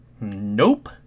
Nope